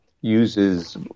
uses